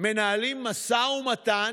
מנהלים משא ומתן,